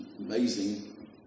amazing